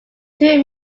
two